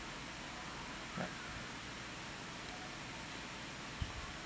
right